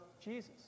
Jesus